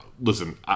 Listen